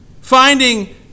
finding